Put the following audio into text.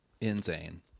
Insane